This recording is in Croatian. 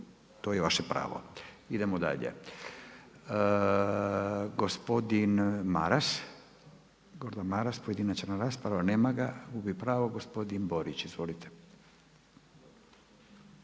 Furio (Nezavisni)** Gospodine Maras, pojedinačna rasprava. Nema ga, gubi pravo. Gospodin Borić, izvolite.